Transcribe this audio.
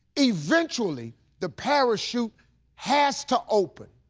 eventually the parachute has to open.